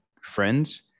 friends